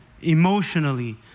emotionally